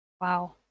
Wow